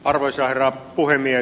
arvoisa herra puhemies